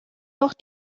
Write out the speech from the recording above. noch